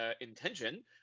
intention